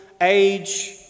age